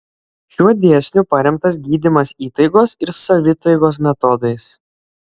šiuo dėsniu paremtas gydymas įtaigos ir savitaigos metodais